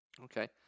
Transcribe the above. Okay